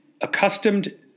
accustomed